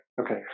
Okay